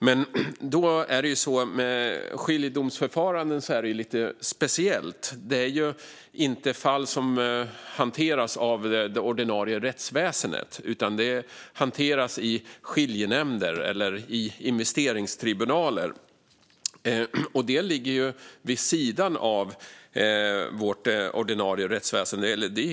Men det är lite speciellt med skiljedomsförfaranden. Det är inte fall som hanteras av det ordinarie rättsväsendet, utan de hanteras i skiljenämnder eller investeringstribunaler. Det ligger vid sidan av, helt utanför, vårt ordinarie rättsväsen.